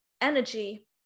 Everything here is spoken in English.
energy